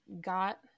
got